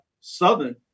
Southern